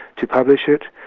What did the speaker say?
to publish it,